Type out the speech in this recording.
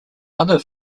other